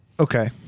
okay